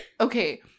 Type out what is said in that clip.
okay